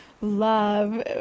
love